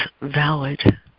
valid